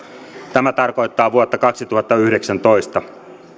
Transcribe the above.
tämä tarkoittaa vuotta kaksituhattayhdeksäntoista